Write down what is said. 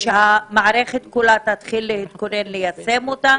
שהמערכת כולה תתחיל ליישם את הדברים.